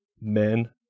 men